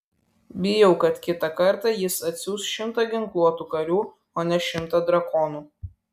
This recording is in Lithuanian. bijau kad kitą kartą jis atsiųs šimtą ginkluotų karių o ne šimtą drakonų